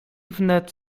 wnet